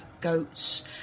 goats